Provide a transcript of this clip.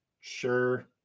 sure